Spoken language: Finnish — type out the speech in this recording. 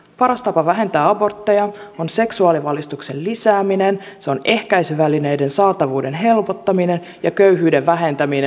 paras tapa vähentää abortteja on seksuaalivalistuksen lisääminen se on ehkäisyvälineiden saatavuuden helpottaminen ja köyhyyden vähentäminen